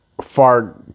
far